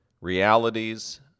realities